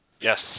Yes